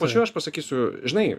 pačiu aš pasakysiu žinai